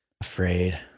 Afraid